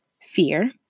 fear